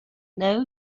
know